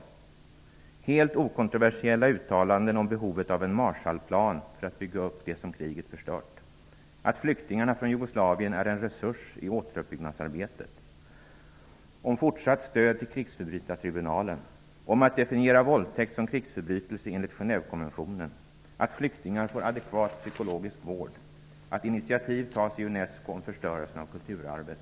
Det är helt okontroversiella uttalanden om behovet av en Marshallplan för att bygga upp det som kriget förstört; att flyktingarna från Jugoslavien är en resurs i återuppbyggnadsarbetet; fortsatt stöd till krigsförbrytartribunalen; att definiera våldtäkt som krigsförbrytelse enligt Genèvekonventionen; att flyktingar får adekvat psykologisk vård; att initiativ tas i Unesco om förstörelsen av kulturarvet.